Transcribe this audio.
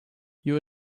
you